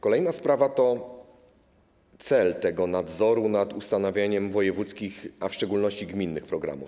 Kolejna sprawa to cel tego nadzoru nad ustanawianiem wojewódzkich, a w szczególności gminnych programów.